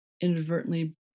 inadvertently